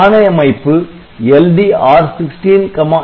ஆணை அமைப்பு LD R16 Z